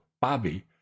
bobby